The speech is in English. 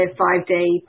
five-day